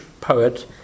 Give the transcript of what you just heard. poet